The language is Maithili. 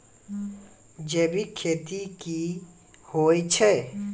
जैविक खेती की होय छै?